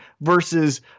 versus